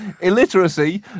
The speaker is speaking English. illiteracy